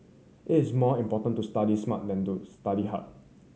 it is more important to study smart than to study hard